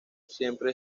siempre